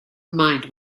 mind